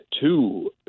two